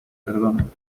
perdonan